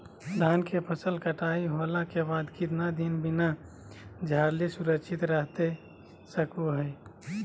धान के फसल कटाई होला के बाद कितना दिन बिना झाड़ले सुरक्षित रहतई सको हय?